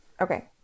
Okay